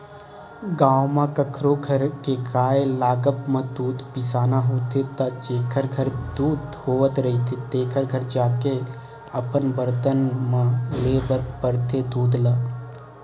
गाँव म कखरो घर के गाय लागब म दूद बिसाना होथे त जेखर घर दूद होवत रहिथे तेखर घर जाके अपन बरतन म लेय बर परथे दूद ल